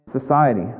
society